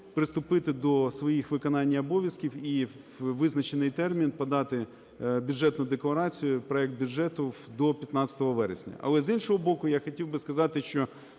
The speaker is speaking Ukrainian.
приступити до своїх виконання обов'язків і у визначений термін подати бюджетну декларацію, проект бюджету до 15 вересня. Але, з іншого боку, я хотів би сказати, що